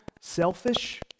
selfish